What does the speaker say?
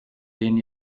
denen